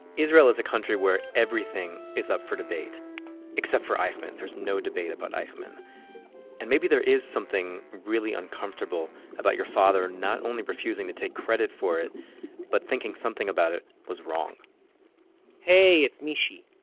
israel is a country where everything is up for debate except for eichmann. there is no debate about eichmann and maybe there is something really uncomfortable about your father not only refusing to take credit for it but thinking something about it was wrong hey, it's mishy.